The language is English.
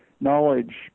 knowledge